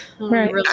Right